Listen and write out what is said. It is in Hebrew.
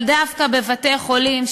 אבל דווקא בבתי-החולים,